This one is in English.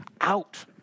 out